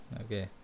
Okay